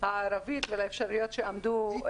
הערבית ולאפשרויות שעמדו בפני.